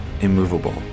immovable